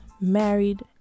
married